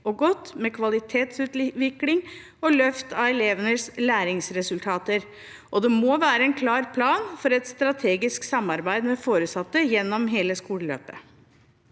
og godt med kvalitetsutvikling og løft av elevenes læringsresultater, og det må være en klar plan for et strategisk samarbeid med foresatte gjennom hele skoleløpet.